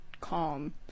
calm